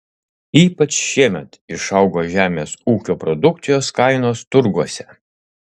ypač šiemet išaugo žemės ūkio produkcijos kainos turguose